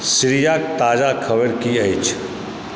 सीरियाक ताजा खबरि की अछि